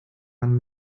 man